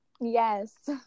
Yes